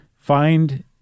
find